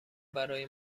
برای